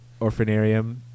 Orphanarium